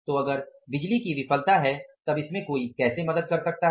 तो अगर बिजली की विफलता है तब इसमें कोई कैसे मदद कर सकता है